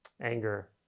anger